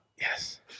Yes